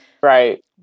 Right